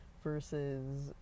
versus